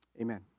Amen